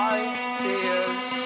ideas